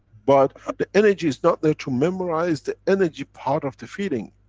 but the energy is not there to memorize the energy part of the feeling.